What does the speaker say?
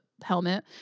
helmet